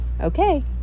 okay